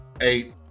eight